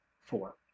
four